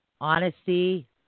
Honesty